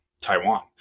Taiwan